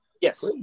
Yes